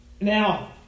Now